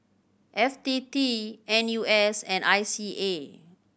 F T T N U S and I C A